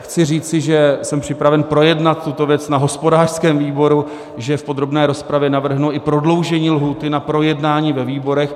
Chci říci, že jsem připraven projednat tuto věc na hospodářském výboru, že v podrobné rozpravě navrhnu i prodloužení lhůty na projednání ve výborech.